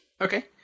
Okay